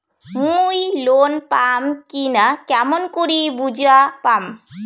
মুই লোন পাম কি না কেমন করি বুঝা পাম?